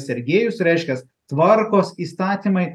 sergėjus reiškias tvarkos įstatymai